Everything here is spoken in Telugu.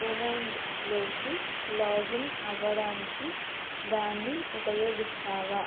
ఉమాంగ్లోకి లాగిన్ అవ్వడానికి దాన్ని ఉపయోగిస్తావా